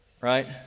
right